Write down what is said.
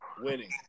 winning